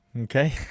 Okay